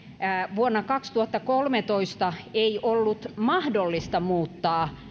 vuonna kaksituhattakolmetoista ei ollut mahdollista muuttaa